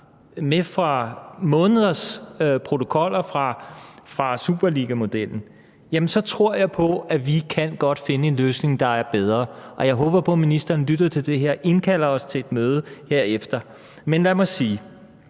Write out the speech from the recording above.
med fra måneders protokoller fra superligamodellen, så tror jeg på, at vi godt kan finde en løsning, der er bedre. Og jeg håber på, at ministeren lytter til det her og indkalder os til et møde herefter. Men lad mig spørge: